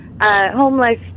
homeless